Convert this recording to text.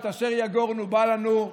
אשר יגורנו בא לנו: